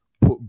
put